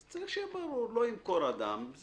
אז שיהיה ברור לא ימכור אדם.